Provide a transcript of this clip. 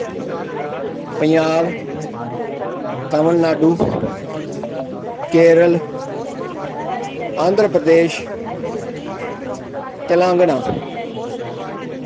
Punjab Tamil Nadu Kerala Andhra Pradesh Telangana